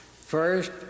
First